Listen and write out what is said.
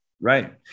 right